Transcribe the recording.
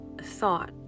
thought